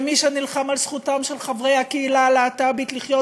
ומי שנלחם על זכותם של חברי הקהילה הלהט"בית לחיות